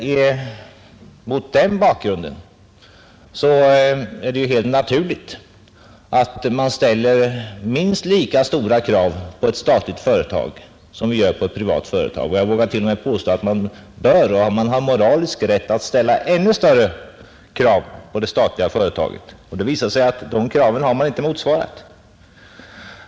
Men mot den bakgrunden är det helt naturligt att man ställer minst lika stora krav på ett statligt företag som vi gör på ett privat företag. Jag vågar t.o.m. påstå att vi har och bör ha moralisk rätt att ställa ännu större krav på det statliga företaget. Det visar sig att man inte motsvarat dessa krav.